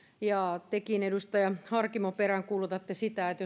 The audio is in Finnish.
ja tekin edustaja harkimo peräänkuulutatte sitä että